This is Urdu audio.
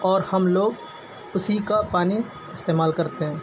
اور ہم لوگ اسی کا پانی استعمال کرتے ہیں